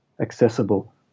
accessible